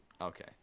Okay